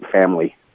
family